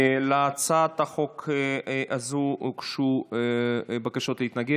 להצעת החוק הזאת הוגשו בקשות להתנגד.